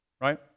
Right